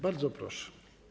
Bardzo proszę.